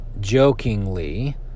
jokingly